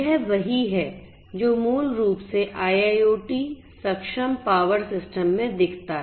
यह वही है जो मूल रूप से IIoT सक्षम पावर सिस्टम में दिखता है